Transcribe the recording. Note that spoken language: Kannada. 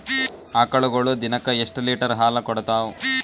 ಆಕಳುಗೊಳು ದಿನಕ್ಕ ಎಷ್ಟ ಲೀಟರ್ ಹಾಲ ಕುಡತಾವ?